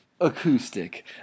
acoustic